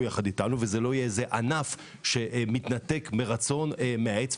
יחד איתנו ושזה לא יהיה איזשהו ענף שמתנתק ברצון מהעץ.